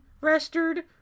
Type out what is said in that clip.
restored